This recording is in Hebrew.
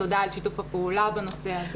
תודה על שיתוף הפעולה בנושא הזה.